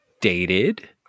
dated